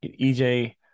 EJ